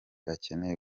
akeneye